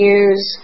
use